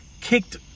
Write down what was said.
kicked